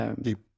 deep